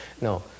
No